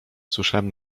słyszałem